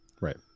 Right